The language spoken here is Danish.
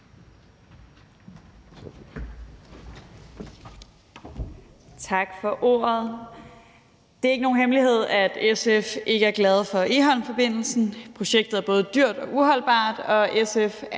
Tak for ordet. Det er ikke nogen hemmelighed, at SF ikke er glade for Egholmforbindelsen. Projektet er både dyrt og uholdbart, og SF står